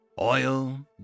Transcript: Oil